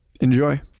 Enjoy